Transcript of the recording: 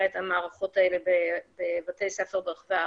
את המערכות האלה בבתי ספר ברחבי הארץ.